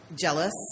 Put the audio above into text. jealous